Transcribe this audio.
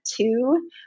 two